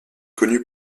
connu